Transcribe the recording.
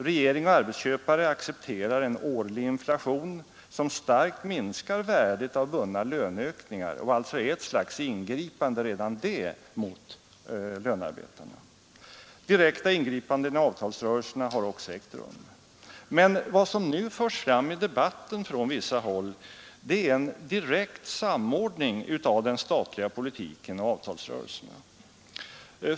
Regeringen och arbetsköparna accepterar en årlig inflation som starkt minskar värdet av vunna löneökningar och alltså redan det är ett slags ingripande mot lönearbetarna. Direkta ingripanden i avtalsrörelserna har också ägt rum. Men vad som nu från vissa håll har förts fram i debatten är en direkt samordning av den statliga politiken och avtalsrörelserna.